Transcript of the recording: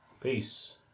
peace